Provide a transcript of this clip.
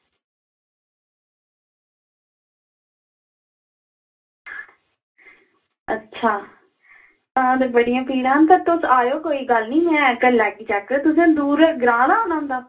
आं ते बड़ियां पीड़ां न ते तुस आवेओ कोई गल्ल निं ऐ करी लैगी चैक दूर ग्रांऽ दा औना होंदा